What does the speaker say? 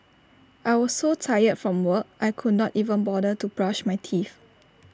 I was so tired from work I could not even bother to brush my teeth